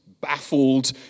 baffled